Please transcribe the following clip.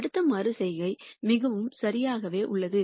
அடுத்த மறு செய்கை மிகவும் சரியாகவே உள்ளது